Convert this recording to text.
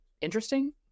interesting